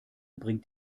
bringt